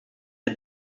est